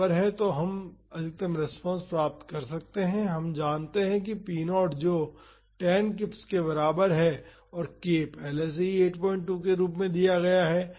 तो हम अधिकतम रेस्पॉन्स पा सकते हैं जो हम जानते हैं कि p 0 जो 10 kips के बराबर है और k पहले से ही 82 के रूप में दिया गया है